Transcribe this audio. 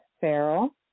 Farrell